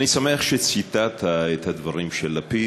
אני שמח שציטטת את הדברים של לפיד.